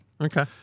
Okay